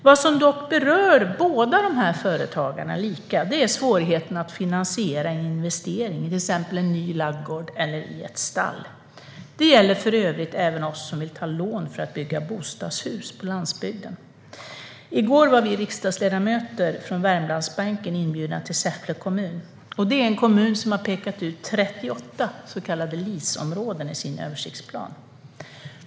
Vad som dock berör båda dessa företag är svårigheten att finansiera en investering i till exempel en ny ladugård eller ett nytt stall. Det gäller för övrigt även för oss vill ta lån för att bygga bostadshus på landsbygden. I går var vi riksdagsledamöter från Värmlandsbänken inbjudna till Säffle kommun. Det är en kommun som har pekat ut 38 så kallade LIS-områden i sin översiktsplan.